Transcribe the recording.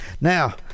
Now